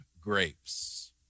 grapes